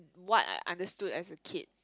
what I understood as a kid